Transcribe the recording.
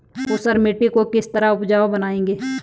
ऊसर मिट्टी को किस तरह उपजाऊ मिट्टी बनाएंगे?